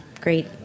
great